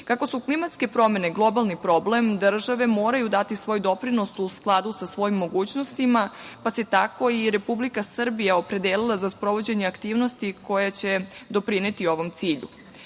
su klimatske promene globalni problem, države moraju dati svoj doprinos u skladu sa svojim mogućnostima, pa se tako i Republika Srbija opredelila za sprovođenje aktivnosti koje će doprineti ovom